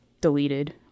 deleted